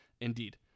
indeed